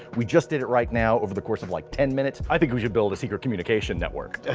we just did it right now over the course of like ten minutes. i think we should build a secret communication network.